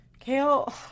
Kale